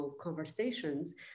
conversations